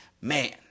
man